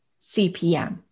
CPM